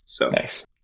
Nice